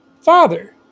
Father